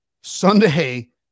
Sunday